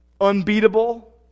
unbeatable